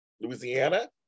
Louisiana